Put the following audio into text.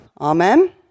Amen